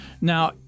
Now